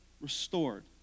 restored